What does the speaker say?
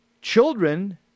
Children